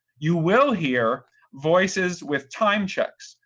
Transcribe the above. you will hear voices with time checks.